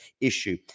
issue